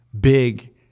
big